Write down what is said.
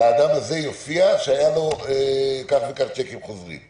לאדם הזה יופיע שהיה לו כך וכך צ'קים חוזרים.